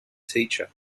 teacher